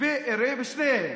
ואירה בשניהם.